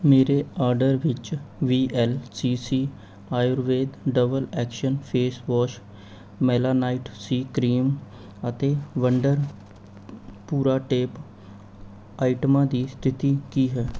ਮੇਰੇ ਆਡਰ ਵਿੱਚ V L C C Ayurveda double action face wash melanite C cream ਅਤੇ wonder ਭੂਰਾ tape ਆਈਟਮਾਂ ਦੀ ਸਥਿਤੀ ਕੀ ਹੈ